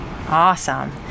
Awesome